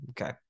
Okay